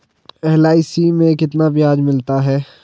LIC में कितना ब्याज मिलता है?